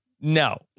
No